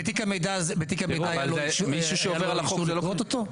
בתיק המידע היה לו אישור לכרות אותו?